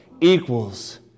Equals